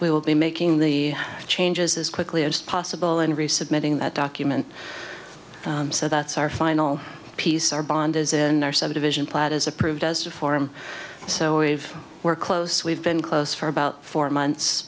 we will be making the changes as quickly as possible and resubmitting that document so that's our final piece our bond is in our subdivision plat is approved as a form so we've we're close we've been close for about four months